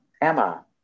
Emma